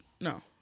no